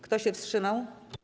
Kto się wstrzymał?